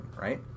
right